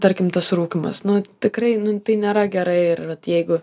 tarkim tas rūkymas nu tikrai nu tai nėra gerai ir vat jeigu